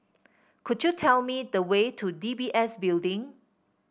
could you tell me the way to D B S Building